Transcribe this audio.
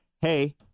hey